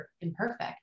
imperfect